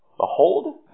Behold